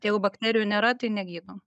jeigu bakterijų nėra tai negydom